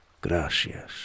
Gracias